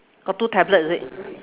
got two tablet is it